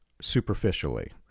superficially